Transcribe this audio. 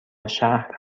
شهر